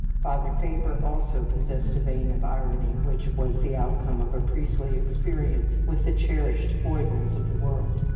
father faber also possessed a vein of irony which was the outcome of a priestly experience with the cherished foibles of the world.